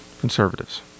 conservatives